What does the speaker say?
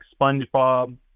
SpongeBob